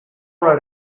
right